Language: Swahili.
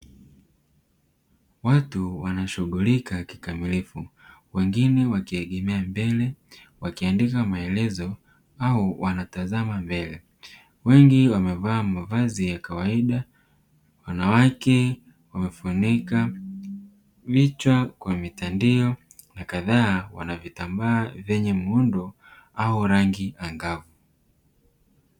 Watu wanashughulika kikamalifu wengine wakiegemea mbele wakiandika maelezo au wanatazama mbele, wengi wamevaa mavazi ya kawaida wanawake wamefunika vichwa kwa mitandio na kadhaa wanavitambaa vyenye muundo au rangi angavu.